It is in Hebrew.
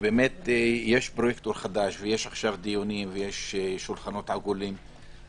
שיש פרויקטור חדש, יש דיונים ושולחנות עגולים.